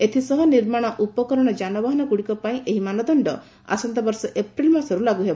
ଏଥିସହ ନିର୍ମାଣ ଉପକରଣ ଯାନବାହନ ଗୁଡ଼ିକ ପାଇଁ ଏହି ମାନଦଣ୍ଡ ଆସନ୍ତାବର୍ଷ ଏପ୍ରିଲ୍ ମାସରୁ ଲାଗୁ ହେବ